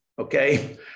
okay